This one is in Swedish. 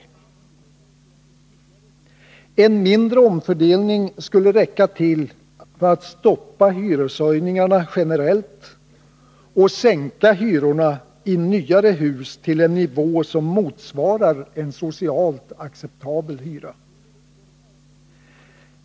En mindre omfördelning skulle räcka tillatt stoppa hyreshöjningarna generellt och sänka hyrorna i nyare hus till en nivå som motsvarar en socialt acceptabel hyra.